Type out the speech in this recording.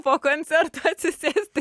po koncerto atsisėsti